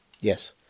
Yes